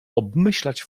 obmyślać